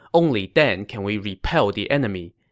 only then can we repel the enemy.